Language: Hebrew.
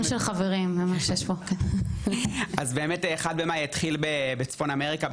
ה-01 במאי התחיל בצפון אמריקה,